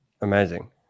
Amazing